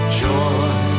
joy